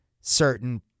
certain